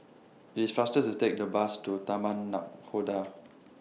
IT IS faster to Take The Bus to Taman Nakhoda